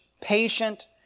patient